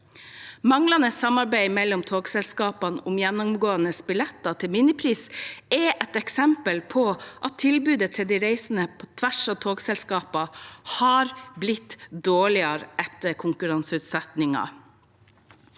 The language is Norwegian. Manglende samarbeid mellom togselskapene om gjennomgående billetter til minipris er et eksempel på at tilbudet til de reisende på tvers av togselskaper har blitt dårligere etter konkurranseutsettingen